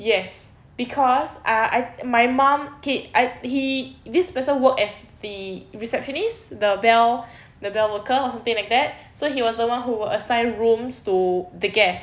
yes cause I I my mum okay I he this person works as the receptionist the bell the bell worker or something like that so he was the one who were assigned rooms to the guests